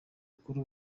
kuri